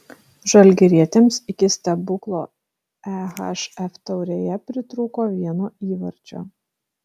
žalgirietėms iki stebuklo ehf taurėje pritrūko vieno įvarčio